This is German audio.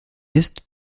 ist